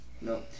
No